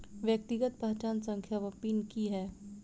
व्यक्तिगत पहचान संख्या वा पिन की है?